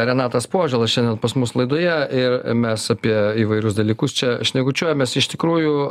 renatas požėla šiandien pas mus laidoje ir mes apie įvairius dalykus čia šnekučiuojamės iš tikrųjų